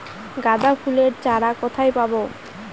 গাঁদা ফুলের চারা কোথায় পাবো?